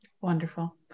Wonderful